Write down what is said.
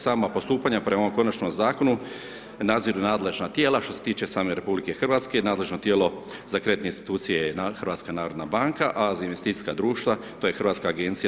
Sama postupanja prema ovom konačnom zakonu nadziru nadležna tijela, što se tiče same RH, nadležno tijelo za kreditne institucije je HNB, a za investicijska društva to je HANFA.